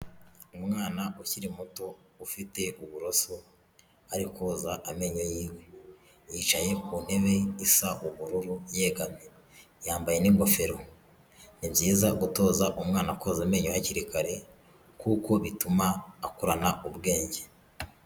Umwana ukiri muto, ufite uburoso, ari koza amenyo yiwe, yicaye ku ntebe isa ubururu yegamye, yambaye n'ingofero. Ni byiza gutoza umwana koza amenyo hakiri kare, kuko bituma akurana ubwenge.